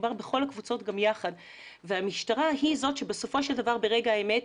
מדובר בכל הקבוצות גם יחד והמשטרה היא זאת שבסופו של דבר ברגע האמת,